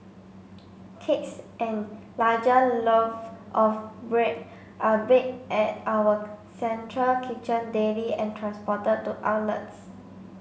cakes and larger loaf of bread are baked at our central kitchen daily and transported to outlets